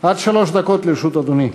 עד שלוש דקות לרשות אדוני.